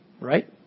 Right